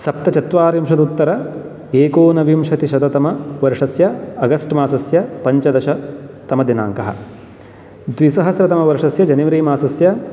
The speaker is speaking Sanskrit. सप्तचत्वारिंशदुत्तर एकोनविंशतिशततमवर्षस्य अगस्ट् मासस्य पञ्चदशतमदिनाङ्कः द्विसहस्रतमवर्षस्य जनेवरि मासस्य